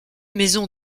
maisons